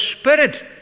Spirit